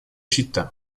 città